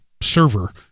server